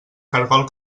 caragol